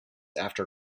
after